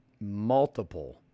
multiple